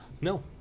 No